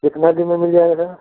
कितना दिन में मिल जाएगा